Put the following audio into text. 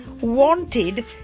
wanted